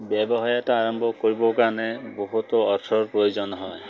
ব্যৱসায় এটা আৰম্ভ কৰিবৰ কাৰণে বহুতো অৰ্থৰ প্ৰয়োজন হয়